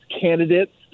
candidates